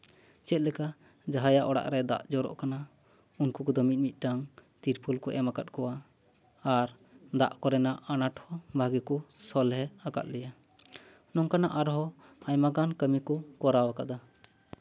ᱪᱮᱫ ᱞᱮᱠᱟ ᱡᱟᱦᱟᱸᱭᱟᱜ ᱚᱲᱟᱜ ᱨᱮ ᱫᱟᱜ ᱡᱚᱨᱚᱜ ᱠᱟᱱᱟ ᱩᱱᱠᱩ ᱠᱚᱫᱚ ᱢᱤᱫ ᱢᱤᱫᱴᱟᱝ ᱛᱤᱨᱯᱳᱞ ᱠᱚ ᱮᱢ ᱟᱠᱟᱫ ᱠᱚᱣᱟ ᱟᱨ ᱫᱟᱜ ᱠᱚᱨᱮᱱᱟᱜ ᱟᱱᱟᱴ ᱦᱚᱸ ᱵᱷᱟᱜᱮ ᱠᱚ ᱥᱚᱞᱦᱮ ᱟᱠᱟᱫ ᱞᱮᱭᱟ ᱱᱚᱝᱠᱟᱱᱟᱜ ᱟᱨᱦᱚᱸ ᱟᱭᱢᱟ ᱜᱟᱱ ᱠᱟᱹᱢᱤ ᱠᱚ ᱠᱚᱨᱟᱣ ᱟᱠᱟᱫᱟ